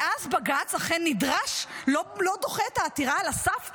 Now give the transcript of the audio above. ואז בג"ץ אכן נדרש, לא דוחה את העתירה על הסף.